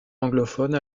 anglophone